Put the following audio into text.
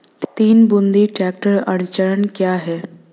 तीन बिंदु ट्रैक्टर अड़चन क्या है?